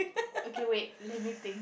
okay wait let me think